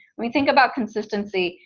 we think about consistency.